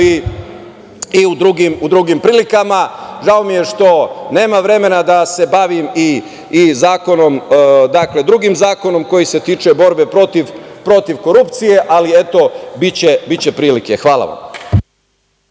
i u drugim prilikama. Žao mi je što nema vremena da se bavim i zakonom koji se tiče borbe protiv korupcije, ali eto, biće prilike. Hvala.